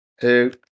Two